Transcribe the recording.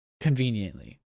Conveniently